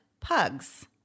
pugs